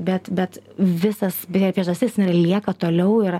bet bet visas beje priežastis lieka toliau ir